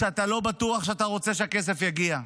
שאתה לא בטוח שאתה רוצה שהכסף יגיע אליהם.